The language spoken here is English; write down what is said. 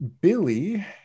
Billy